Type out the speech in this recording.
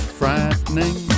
frightening